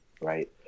right